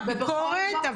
הביקורת,